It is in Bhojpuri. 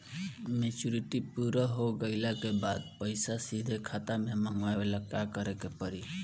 मेचूरिटि पूरा हो गइला के बाद पईसा सीधे खाता में मँगवाए ला का करे के पड़ी?